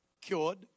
cured